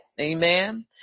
Amen